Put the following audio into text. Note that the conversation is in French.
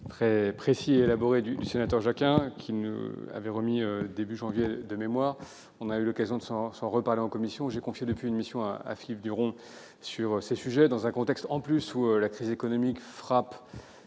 très précis et élaborés du sénateur Jacquin, qui nous ont été remis au début du mois de janvier. Nous avons eu l'occasion d'en reparler en commission. J'ai confié, depuis lors, une mission à Philippe Duron sur ces sujets. Dans un contexte où la crise économique frappe